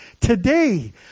today